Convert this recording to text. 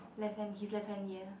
left hand his left hand ya